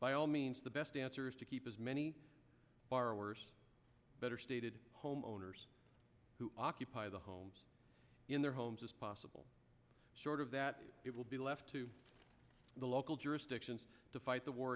by all means the best answer is to keep as many borrowers better stated homeowners who occupy the homes in their homes as possible short of that it will be left to the local jurisdictions to fight the war